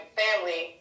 family